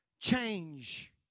change